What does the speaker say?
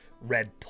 red